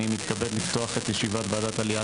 אני מתכבד לפתוח את ישיבת ועדת העלייה,